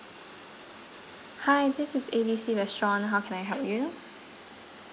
hi this is A B C restaurant how can I help you